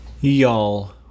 Y'all